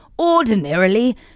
Ordinarily